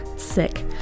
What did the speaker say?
sick